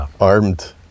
armed